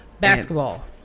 Basketball